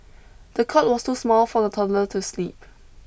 the cot was too small for the toddler to sleep